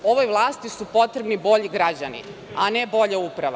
Ovoj vlasti su potrebni bolji građani, a ne bolja uprava.